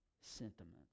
sentiments